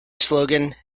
slogan